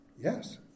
Yes